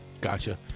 Gotcha